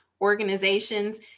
organizations